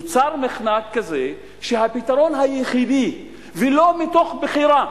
נוצר מחנק כזה שהפתרון היחידי, ולא מתוך בחירה,